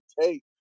take